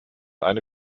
eine